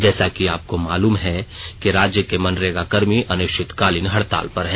जैसा की आपको मालूम है कि राज्य के मनरेगाकर्मी अनिश्चितकालीन हड़ताल पर हैं